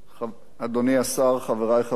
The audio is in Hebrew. אדוני היושב-ראש, אדוני השר, חברי חברי הכנסת,